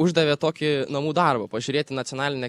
uždavė tokį namų darbą pažiūrėti nacionalinę